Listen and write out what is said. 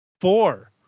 Four